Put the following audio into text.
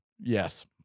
Yes